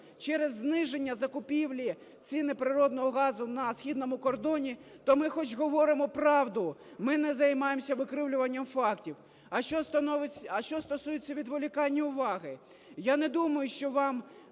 через зниження закупівлі ціни природного газу на східному кордоні, то ми хоч говоримо правду, ми не займаємося викривлюванням фактів. А що стосується відволікання уваги,